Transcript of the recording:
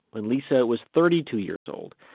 when lisa was thirty two years old,